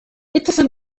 اتصل